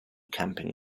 camping